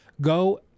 go